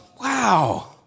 wow